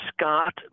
Scott